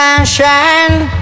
Sunshine